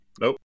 Nope